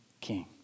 king